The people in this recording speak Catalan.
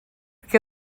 què